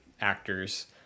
actors